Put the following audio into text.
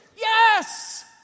Yes